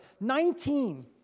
Nineteen